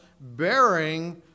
bearing